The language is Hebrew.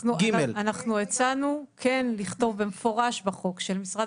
אנחנו הצענו כן לכתוב במפורש בחוק שלמשרד